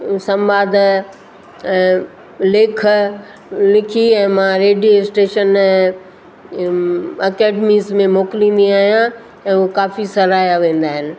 संवाद लेख लिखी ऐं मां रेडियो स्टेशन अकेडिमीस में मोकिलींदी आहियां ऐं उहे काफ़ी सराया वेंदा आहिनि